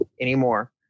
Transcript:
anymore